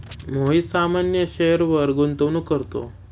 मोहित सामान्य शेअरवर गुंतवणूक करतो